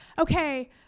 okay